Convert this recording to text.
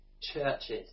churches